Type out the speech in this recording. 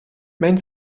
mein